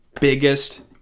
biggest